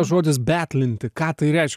žodis betlinti ką tai reišk